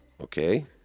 Okay